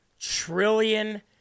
trillion